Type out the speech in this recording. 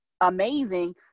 Amazing